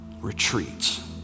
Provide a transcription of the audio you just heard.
retreats